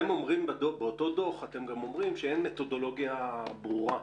אתם אומרים באותו הדוח שאין מתודולוגיה ברורה.